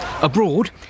Abroad